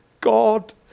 God